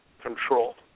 control